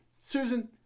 susan